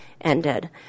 ended